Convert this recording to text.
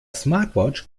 smartwatch